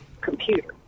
computer